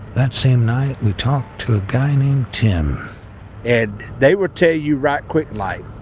that same night, we talked to a guy named tim and they would tell you, right, quick-like.